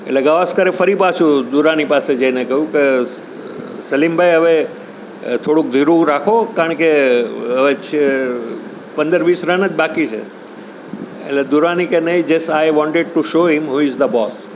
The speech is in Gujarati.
એટલે ગાવસ્કરે ફરી પાછું દુરાની પાસે જઈ ને કહ્યું કે સલીમ ભાઈ હવે થોડુંક ધીરુ રાખો કારણ કે હવે પંદર વીસ રન જ બાકી છે એટલે દુરાની કહે નહીં just I wanted to show him who is the boss